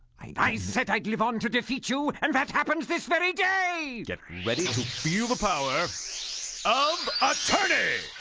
i i said i'd live on to defeat you, and that happens this very day! get ready to feel the power of attorney!